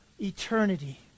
eternity